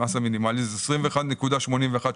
המס המינימלי הוא 21.81 שקלים.